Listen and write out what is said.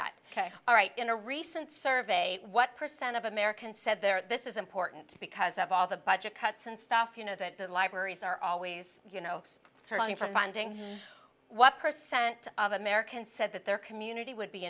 that all right in a recent survey what percent of americans said there this is important because of all the budget cuts and stuff you know that libraries are always you know searching for finding what percent of americans said that their community would be